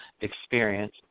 experience